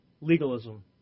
legalism